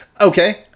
Okay